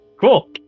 Cool